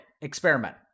Experiment